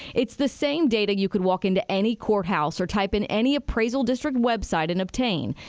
it's the same data you could walk into any courthouse or type in any appraisal district web site and obtain.